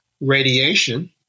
radiation